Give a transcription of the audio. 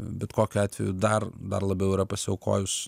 bet kokiu atveju dar dar labiau yra pasiaukojus